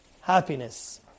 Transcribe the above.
Happiness